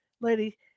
lady